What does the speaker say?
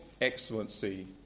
excellency